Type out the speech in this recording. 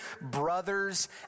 brothers